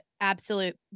absolute